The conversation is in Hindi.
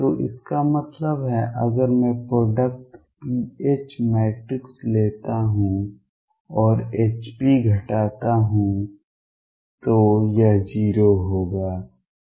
तो इसका मतलब है अगर मैं प्रोडक्ट pH मैट्रिक्स लेता हूं और Hp घटाता हूं तो यह 0 होगा